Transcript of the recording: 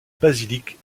basilique